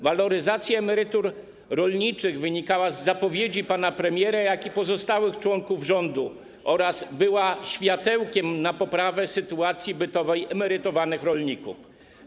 Waloryzacja emerytur rolniczych wynikała z zapowiedzi pana premiera, jak i pozostałych członków rządu oraz była światełkiem, jeżeli chodzi o poprawę sytuacji bytowej emerytowanych rolników.